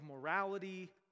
morality